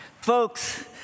Folks